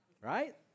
Right